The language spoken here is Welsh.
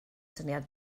syniad